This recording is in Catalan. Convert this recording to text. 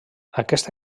aquesta